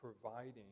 providing